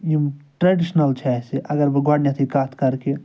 یِم ٹرٛیٚڈِشنَل چھِ اسہِ اگر بہٕ گۄڈٕنیٚتھے کتھ کَرٕ کہِ